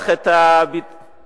עם הנשק הרוסי?